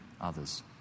others